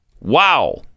Wow